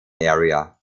area